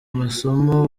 masomo